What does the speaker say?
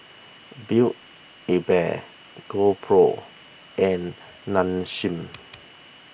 Build A Bear GoPro and Nong Shim